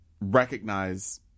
recognize